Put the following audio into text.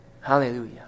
Hallelujah